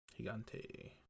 Gigante